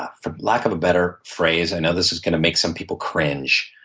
for lack of a better phrase i know this is gonna make some people cringe.